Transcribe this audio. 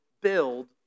build